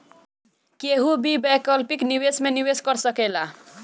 केहू भी वैकल्पिक निवेश में निवेश कर सकेला